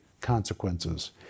consequences